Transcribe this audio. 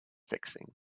fixing